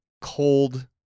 cold